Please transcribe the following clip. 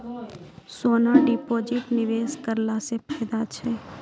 सोना deposit निवेश करला से फैदा छै?